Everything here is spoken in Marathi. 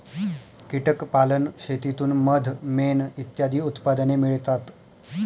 कीटक पालन शेतीतून मध, मेण इत्यादी उत्पादने मिळतात